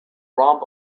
romp